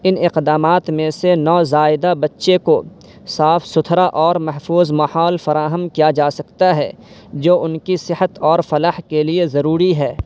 ان اقدامات میں سے نوزائدہ بچے کو صاف ستھرا اور محفوظ ماحول فراہم کیا جا سکتا ہے جو ان کی صحت اور فلاح کے لیے ضروری ہے